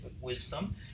wisdom